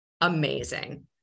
amazing